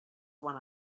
one